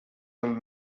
will